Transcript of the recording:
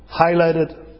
highlighted